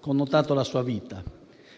connotato la sua vita